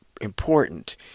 important